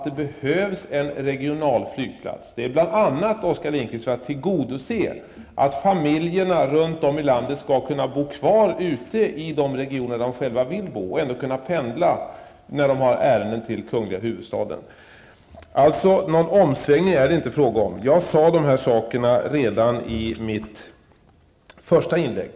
Det behövs en regional flygplats, bl.a., Oskar Lindkvist, för att se till att man i familjer runt om i landet skall kunna bo kvar i de regioner där man vill bo och samtidigt skall kunna pendla till kungl. huvudstaden när man har ärenden dit. Jag framhöll de här sakerna redan i det utdelade svaret.